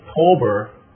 October